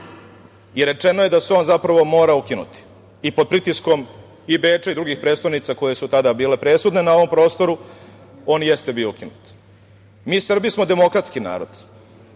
i rečeno je da se on, zapravo, mora ukinuti i pod pritiskom i Beča i drugih prestonica koje su tada bile presudne na ovom prostoru on i jeste bio ukinut. Mi, Srbi, smo demokratski narod,